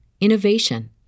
innovation